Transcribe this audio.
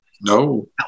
no